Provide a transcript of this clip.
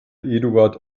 eduard